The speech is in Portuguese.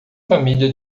família